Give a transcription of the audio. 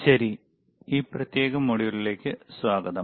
ശരി ഈ പ്രത്യേക മൊഡ്യൂളിലേക്ക് സ്വാഗതം